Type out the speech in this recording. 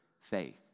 faith